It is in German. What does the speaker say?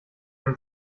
dem